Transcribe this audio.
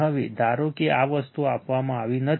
હવે ધારો કે આ વસ્તુઓ આપવામાં આવી નથી